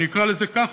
אני אקרא לזה ככה,